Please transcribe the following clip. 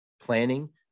planning